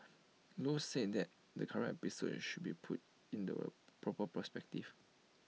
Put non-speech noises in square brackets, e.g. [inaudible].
low said that the current episode should be put in the [hesitation] proper perspective